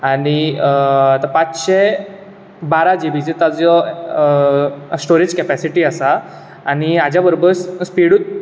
आनी आता पांचशे बारा जिबीचो ताजो स्टोरेज केपेसिटी आसा आनी हाज्या बरोबर स्पिडूच